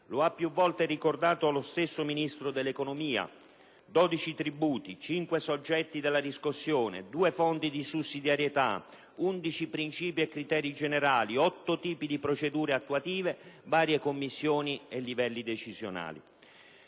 Lo ha più volte ricordato lo stesso Ministro dell'economia: 12 tributi, 5 soggetti della riscossione, 2 fondi di sussidiarietà, 11 princìpi e criteri generali, 8 tipi di procedure attuative, varie commissioni e livelli decisionali.